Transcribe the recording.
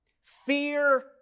Fear